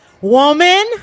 Woman